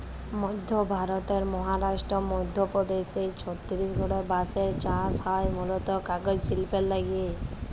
মইধ্য ভারতের মহারাস্ট্র, মইধ্যপদেস অ ছত্তিসগঢ়ে বাঁসের চাস হয় মুলত কাগজ সিল্পের লাগ্যে